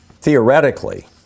theoretically